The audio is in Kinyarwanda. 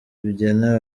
bigenewe